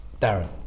darren